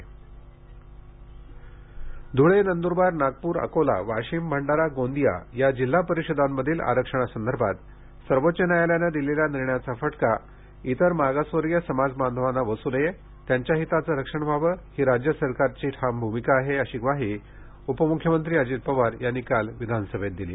विधिमंडळ ध्ळे नंदरबार नागपूर अकोला वाशिम भंडारा गोंदिया या जिल्हा परिषदांमधील आरक्षणासंर्भात सर्वोच्च न्यायालयानं दिलेल्या निर्णयाचा फटका इतर मागासवर्गीय समाज बांधवांना बसू नये त्यांच्या हिताचं रक्षण व्हावं ही राज्य सरकारची ठाम भूमिका आहे अशी ग्वाही उपम्ख्यमंत्री अजित पवार यांनी काल विधानसभेत दिली